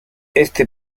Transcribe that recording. éste